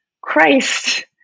Christ